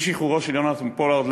אי-שחרורו של יונתן פולארד,